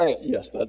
Yes